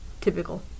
typical